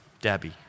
Debbie